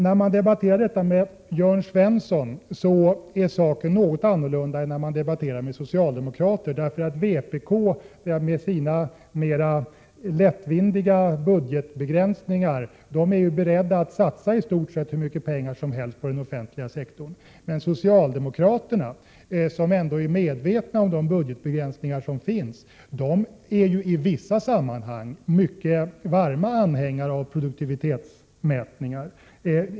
När man debatterar detta med Jörn Svensson, är saken något annorlunda än när man debatterar med socialdemokrater, därför att vpk med sin mera lättvindiga syn på budgetbegränsningar är berett att satsa i stort sett hur mycket pengar som helst på den offentliga sektorn. Socialdemokraterna, som ändå är medvetna om de budgetbegränsningar som finns, är i vissa sammanhang mycket varma anhängare av produktivitetsmätningar.